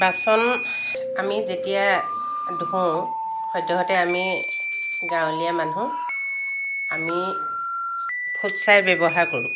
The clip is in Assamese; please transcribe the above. বাচন আমি যেতিয়া ধুওঁ সদ্যহতে আমি গাঁৱলীয়া মানুহ আমি ফুটছাই ব্যৱহাৰ কৰোঁ